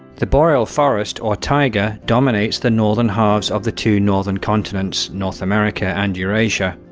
the boreal forest, or taiga, dominates the northern halves of the two northern continents north america and eurasia.